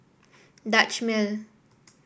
Dutch Mill